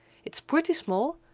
it's pretty small,